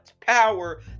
power